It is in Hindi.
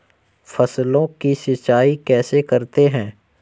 फसलों की सिंचाई कैसे करते हैं?